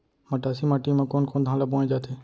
मटासी माटी मा कोन कोन धान ला बोये जाथे?